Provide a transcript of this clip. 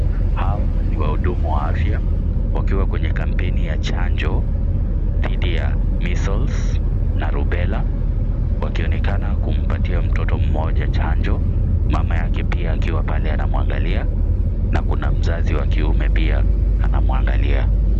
Hawa ni wahudumu wa afya wakiwa kwenye kampeni ya chanjo dhidi ya Measles na Rubella wakionekana kumpatia mtoto mmoja chanjo mama yake pia akiwa pale anamwangalia na kuna mzazi wa kiume pia anamwangalia.